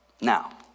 Now